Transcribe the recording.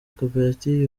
koperative